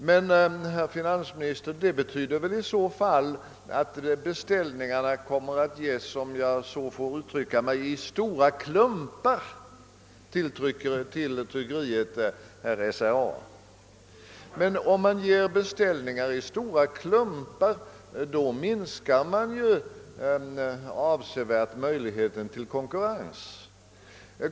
Herr finansminister, det betyder i så fall att beställningarna kan ges till tryckeriet, d.v.s. SRA, i stora klumpar om jag så får uttrycka mig. Och om man lämnar beställningar i stora klumpar minskar man ju avsevärt möjligheterna till konkurrens.